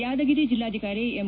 ಯಾದಗಿರಿ ಜಿಲ್ಲಾಧಿಕಾರಿ ಎಂ